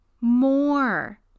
more